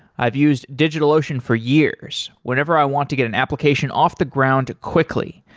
i've used digitalocean for years whenever i want to get an application off the ground quickly,